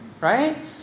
Right